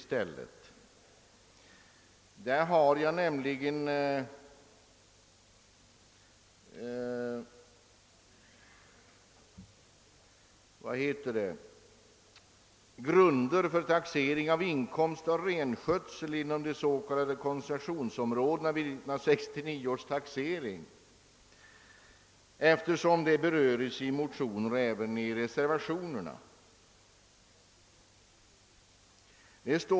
Jag har nämligen här grunder för taxering av inkomst av renskötsel inom de s.k. koncessionsområdena vid 1969 års taxering, och den saken berörs i motioner och även i en reservation.